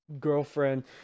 girlfriend